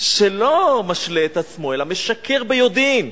שלא משלה את עצמו אלא משקר ביודעין,